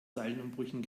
zeilenumbrüchen